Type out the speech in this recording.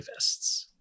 activists